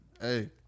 Hey